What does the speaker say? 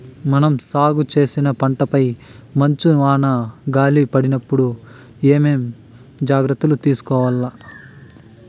మనం సాగు చేసిన పంటపై మంచు, వాన, గాలి పడినప్పుడు ఏమేం జాగ్రత్తలు తీసుకోవల్ల?